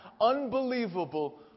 unbelievable